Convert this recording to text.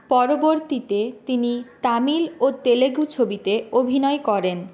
পরবর্তীতে তিনি তামিল ও তেলেগু ছবিতে অভিনয় করেন